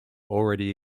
already